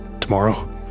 Tomorrow